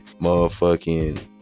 motherfucking